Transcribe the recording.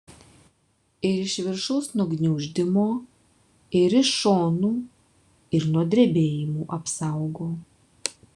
ir iš viršaus nuo gniuždymo ir iš šonų ir nuo drebėjimų apsaugo